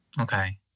Okay